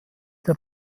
der